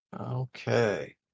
Okay